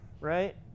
right